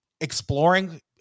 exploring